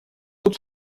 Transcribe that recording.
тут